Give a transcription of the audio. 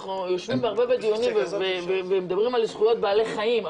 אנחנו יושבים פה הרבה בדיונים ומדברים על זכויות בעלי חיים,